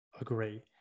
agree